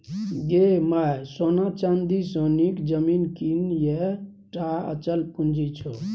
गै माय सोना चानी सँ नीक जमीन कीन यैह टा अचल पूंजी छौ